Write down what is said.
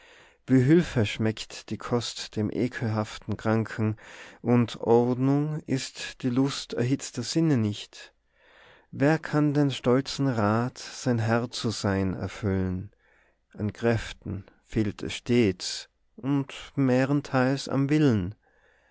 hülfe schmeckt die kost dem ekelhaften kranken und ordnung ist die lust erhitzter sinne nicht wer kann den stolzen rat sein herr zu sein erfüllen an kräften fehlt es stets und mehrenteils am willen